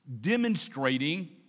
demonstrating